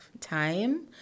time